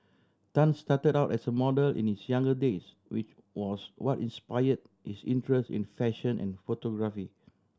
Tan started out as a model in his younger days which was what inspire his interest in fashion and photography